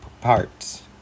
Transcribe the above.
parts